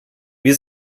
wir